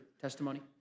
testimony